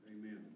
amen